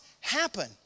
happen